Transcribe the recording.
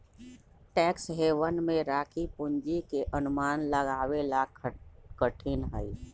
tax haven में राखी पूंजी के अनुमान लगावे ला कठिन हई